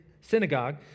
Synagogue